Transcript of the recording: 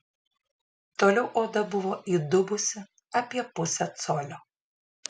toliau oda buvo įdubusi apie pusę colio